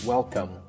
Welcome